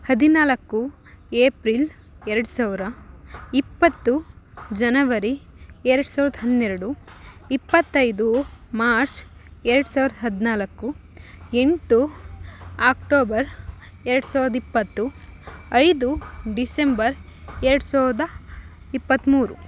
ಹದಿನಾಲ್ಕು ಏಪ್ರಿಲ್ ಎರಡು ಸಾವಿರ ಇಪ್ಪತ್ತು ಜನವರಿ ಎರಡು ಸಾವಿರದ ಹನ್ನೆರಡು ಇಪ್ಪತೈದು ಮಾರ್ಚ್ ಎರಡು ಸಾವಿರ ಹದಿನಾಲ್ಕು ಎಂಟು ಆಕ್ಟೋಬರ್ ಎರಡು ಸಾವಿರದ ಇಪ್ಪತ್ತು ಐದು ಡಿಸೆಂಬರ್ ಎರಡು ಸಾವಿರದ ಇಪ್ಪತ್ಮೂರು